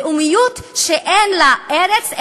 לאומיות שאין לה ארץ,